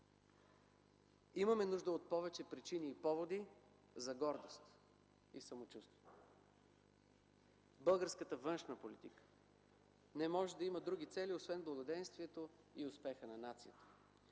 Имаме нужда от повече причини и поводи за гордост и самочувствие. Българската външна политика не може да има други цели освен благоденствието и успеха на нацията.